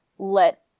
Let